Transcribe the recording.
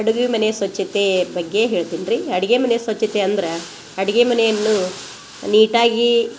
ಅಡುಗೆ ಮನೆಯ ಸ್ವಚ್ಛತೆ ಬಗ್ಗೆ ಹೇಳ್ತೀನ್ರಿ ಅಡಿಗೆ ಮನೆಯ ಸ್ವಚ್ಛತೆ ಅಂದ್ರೆ ಅಡುಗೆ ಮನೆಯನ್ನು ನೀಟಾಗಿ